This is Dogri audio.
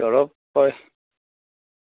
चलो कोई